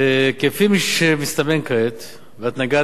כפי שמסתמן כעת, ואת נגעת בזה,